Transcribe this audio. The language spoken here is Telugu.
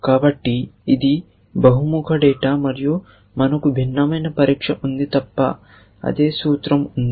కాబట్టి ఇది బహుముఖ డేటా మరియు మనకు భిన్నమైన పరీక్ష ఉంది తప్ప అదే సూత్రం ఉంది